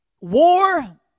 war